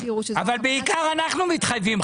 אבל בעיקר אנחנו מתחייבים,